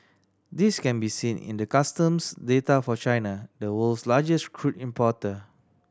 this can be seen in the customs data for China the world's largest crude importer